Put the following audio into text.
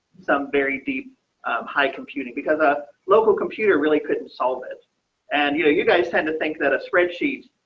some very deep high computing, because a local computer really couldn't solve it and you know you guys tend to think that a spreadsheet.